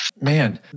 Man